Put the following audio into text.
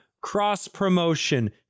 Cross-promotion